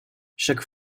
chaque